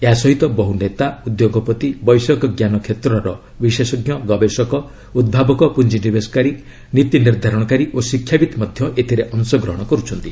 ଏହାସହିତ ବହୁ ନେତା ଉଦ୍ୟୋଗପତି ବୈଷୟିକ ଜ୍ଞାନ କ୍ଷେତ୍ରର ବିଶେଷଜ୍ଞ ଗବେଷକ ଉଭାବକ ପୁଞ୍ଜିନିବେଶକାରୀ ନୀତି ନିର୍ଦ୍ଧାରଣକାରୀ ଓ ଶିକ୍ଷାବିତ୍ ମଧ୍ୟ ଏଥିରେ ଅଂଶଗ୍ରହଣ କରୁଛନ୍ତି